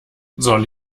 soll